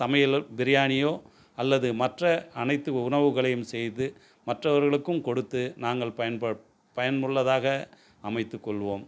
சமையலோ பிரியாணியோ அல்லது மற்ற அனைத்து உணவுகளையும் செய்து மற்றவர்களுக்கும் கொடுத்து நாங்கள் பயன்ப பயனுள்ளதாக அமைத்துக் கொள்வோம்